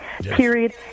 period